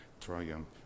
Triumph